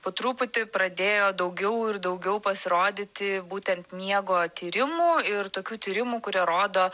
po truputį pradėjo daugiau ir daugiau pasirodyti būtent miego tyrimų ir tokių tyrimų kurie rodo